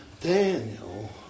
Daniel